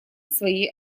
свои